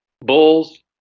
Bulls